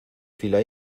fila